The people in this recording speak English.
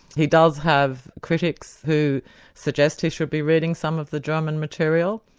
he does have critics who suggest he should be reading some of the german material,